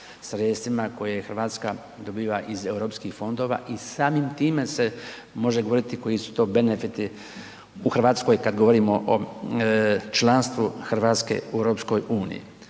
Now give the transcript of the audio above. sredstvima koje Hrvatska dobiva iz europskih fondova i samim time se može govoriti koji su to benefiti u Hrvatskoj kad govorimo o članstvu Hrvatske u EU-u.